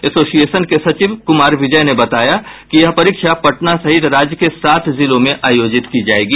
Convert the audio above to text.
association के सचिव कुमार विजय ने बताया कि ये परीक्षा पटना सहित राज्य के सात जिलों में आयोजित की जायेगी